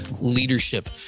leadership